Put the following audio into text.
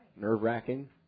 nerve-wracking